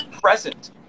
present